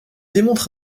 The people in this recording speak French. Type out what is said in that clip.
démontre